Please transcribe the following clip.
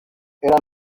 era